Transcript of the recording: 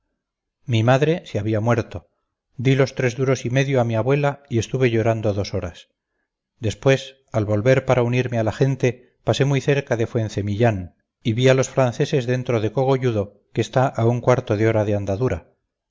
mi madre se había muerto di los tres duros y medio a mi abuela y estuve llorando dos horas después al volver para unirme a la gente pasé muy cerca de fuencemillán y vi a los franceses dentro de cogolludo que está a un cuarto de hora de andadura